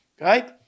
right